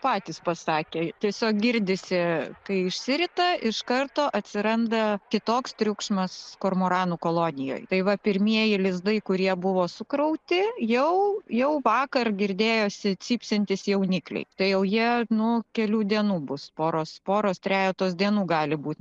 patys pasakė tiesiog girdisi kai išsirita iš karto atsiranda kitoks triukšmas kormoranų kolonijoj tai va pirmieji lizdai kurie buvo sukrauti jau jau vakar girdėjosi cypsintys jaunikliai tai jau jie nu kelių dienų bus poros poros trejetos dienų gali būt